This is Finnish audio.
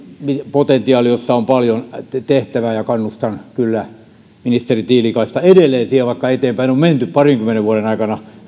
potentiaali jossa on paljon tehtävää ja kannustan kyllä ministeri tiilikaista edelleen siihen vaikka eteenpäin on menty parinkymmenen vuoden aikana